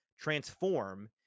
transform